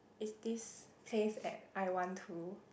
is this pace at I want to